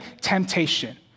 temptation